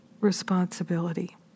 responsibility